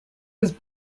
was